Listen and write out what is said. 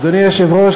אדוני היושב-ראש,